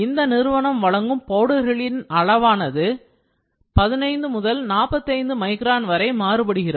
இந்த நிறுவனம் வழங்கும் பவுடர்களின் அளவானது 15 முதல் 45 மைக்ரான் வரை மாறுபடுகிறது